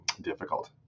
difficult